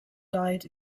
died